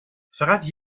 فقط